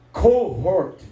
cohort